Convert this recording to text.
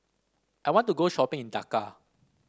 I want to go shopping in Dhaka